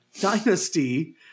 dynasty